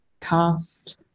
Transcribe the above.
cast